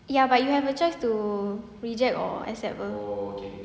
ya but you have a choice to reject or accept [pe]